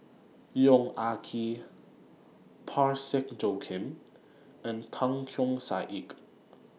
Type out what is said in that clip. Yong Ah Kee Parsick Joaquim and Tan Keong Saik